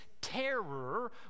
terror